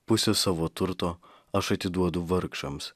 pusę savo turto aš atiduodu vargšams